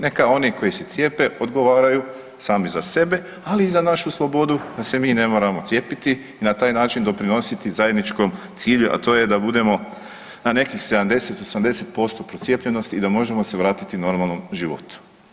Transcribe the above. Neka oni koji se cijepe odgovaraju sami za sebe, ali i za našu slobodu da se mi ne moramo cijepiti i na taj način doprinositi zajedničkom cilju, a to je da budemo na nekih 70, 80% procijepljenosti i da možemo se vratiti normalnom životu.